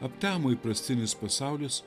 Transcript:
aptemo įprastinis pasaulis